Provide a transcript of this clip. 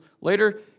later